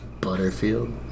Butterfield